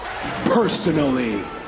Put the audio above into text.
personally